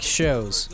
shows